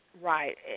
Right